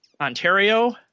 Ontario